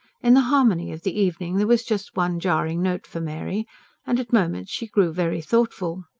in the harmony of the evening there was just one jarring note for mary and at moments she grew very thoughtful.